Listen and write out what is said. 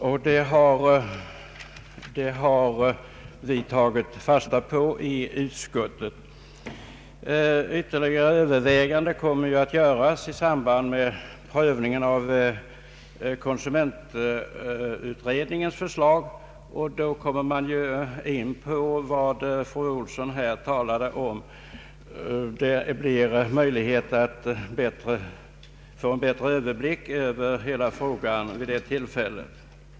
Vi har i utskottet tagit fasta på detta remissyttrande. Ytterligare överväganden kommer att göras i samband med prövningen av hemkonsulentutredningens förslag, och då kommer man in på vad fru Elvy Olsson här talade om. Det blir möjligt att få en bättre överblick över hela frågan vid det tillfället.